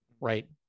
right